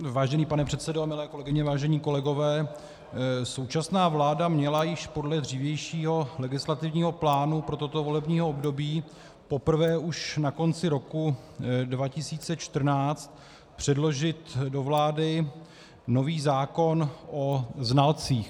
Vážený pane předsedo, milé kolegyně, vážení kolegové, současná vláda měla již podle dřívějšího legislativního plánu pro toto volební období, poprvé už na konci roku 2014, předložit do vlády nový zákon o znalcích.